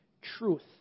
truth